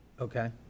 Okay